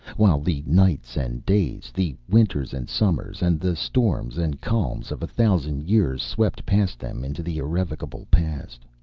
while the nights and days, the winters and summers, and the storms and calms of a thousand years swept past them into the irrevocable past.